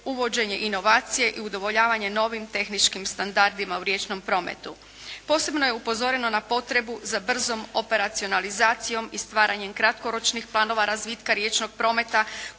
uvođenje inovacije i udovoljavanje novih tehničkim standardima u riječnom prometu. Posebno je upozoreno na potrebu za brzom operacionalizacijom i stvaranjem kratkoročnih planova razvitka riječnog prometa